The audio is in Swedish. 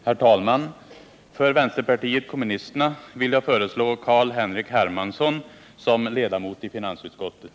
Herr talman! För Vänsterpartiet kommunisterna vill jag föreslå Carl Henrik Hermansson som ledamot i finansutskottet.